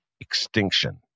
extinction